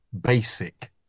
basic